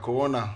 בזמן הקורונה,